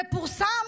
זה פורסם,